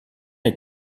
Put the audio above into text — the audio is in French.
est